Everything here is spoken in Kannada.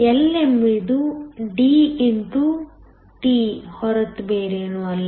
L ಎಂಬುದು D x t ಹೊರತು ಬೇರೇನೂ ಅಲ್ಲ